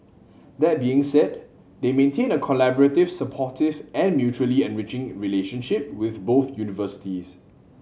that being said they maintain a collaborative supportive and mutually enriching relationship with both universities